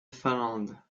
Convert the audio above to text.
finlande